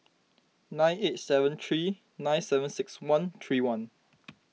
nine eight seven three nine seven six one three one